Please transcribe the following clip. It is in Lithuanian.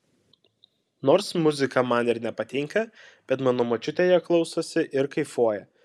nors muzika man ir nepatinka bet mano močiutė ją klausosi ir kaifuoja